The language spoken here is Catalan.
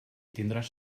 tindràs